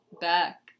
back